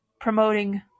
promoting